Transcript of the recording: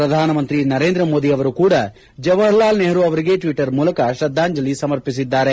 ಪ್ರಧಾನಮಂತ್ರಿ ನರೇಂದ್ರಮೋದಿ ಅವರೂ ಕೂಡ ಜವಹರಲಾಲ ನೆಹರು ಅವರಿಗೆ ಟ್ವಟರ್ ಮೂಲಕ ತ್ರದ್ದಾಂಜಲಿ ಸಮರ್ಪಿಸಿದ್ದಾರೆ